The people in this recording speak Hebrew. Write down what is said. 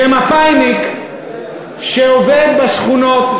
כמפא"יניק שעובד בשכונות,